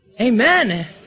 Amen